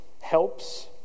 helps